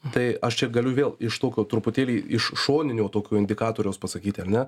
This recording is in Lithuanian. tai aš čia galiu vėl iš tokio truputėlį iš šoninio tokio indikatoriaus pasakyti ar ne